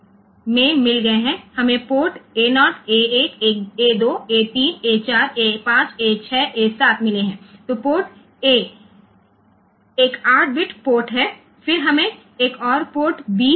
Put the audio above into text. તેથી port A એ 8 bit port છે પછી આપણને બીજો પોર્ટ A પોર્ટ B મળ્યો છે